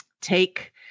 take